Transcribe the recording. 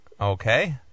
Okay